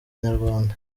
nyarwanda